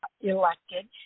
elected